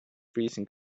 freezing